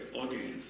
audience